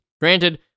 Granted